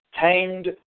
tamed